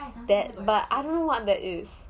that but I don't know what that is